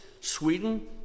Sweden